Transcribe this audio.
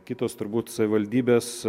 kitos turbūt savivaldybės